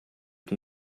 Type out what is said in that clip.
com